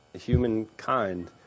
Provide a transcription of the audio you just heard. humankind